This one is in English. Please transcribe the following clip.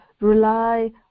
rely